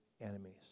enemies